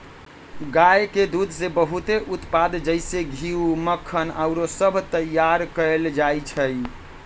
गाय के दूध से बहुते उत्पाद जइसे घीउ, मक्खन आउरो सभ तइयार कएल जाइ छइ